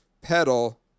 pedal